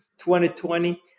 2020